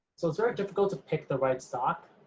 so, it's very difficult to pick the right stock